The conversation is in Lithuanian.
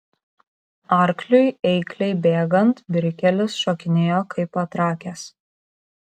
arkliui eikliai bėgant brikelis šokinėjo kaip patrakęs